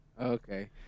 Okay